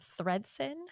Thredson